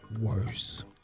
worse